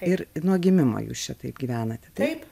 ir nuo gimimo jūs šitaip gyvenate taip